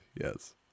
Yes